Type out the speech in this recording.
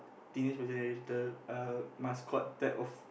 Teenage-Mutant-Ninja-Turtle uh mascot type of